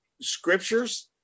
scriptures